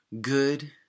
good